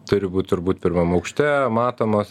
turi būt turbūt pirmam aukšte matomos